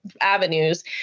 avenues